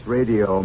Radio